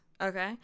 Okay